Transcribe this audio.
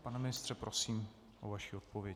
Pane ministře, prosím o vaši odpověď.